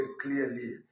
clearly